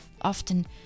Often